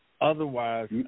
Otherwise